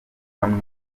bamwe